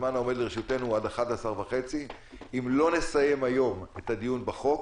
הזמן העומד לרשותנו הוא עד 11:30. אם לא נסיים היום את הדיון בחוק,